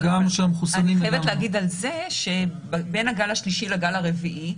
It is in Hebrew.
אבל אני חייבת להגיד על זה שבין הגל השלישי לגל הרביעי,